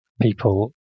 people